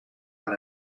aan